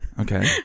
okay